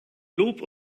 lob